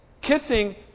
kissing